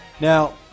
Now